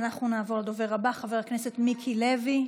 אנחנו נעבור לדובר הבא, חבר הכנסת מיקי לוי.